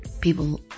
people